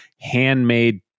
handmade